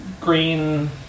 green